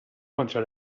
kontra